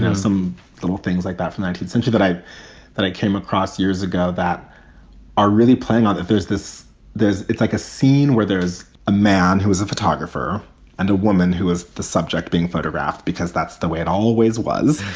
some little things like that from the nineteenth century that i that i came across years ago that are really playing on that. there's this there's it's like a scene where there's a man who was a photographer and a woman who was the subject being photographed because that's the way it always was.